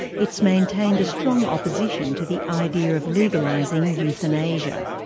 it's maintained a strong opposition to the idea of legalising euthanasia.